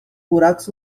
buracos